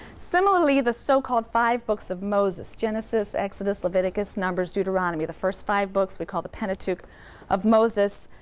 similarly, the so-called five books of moses genesis, exodus, leviticus, numbers, deuteronomy, the first five books we call the pentateuch of moses